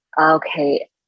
okay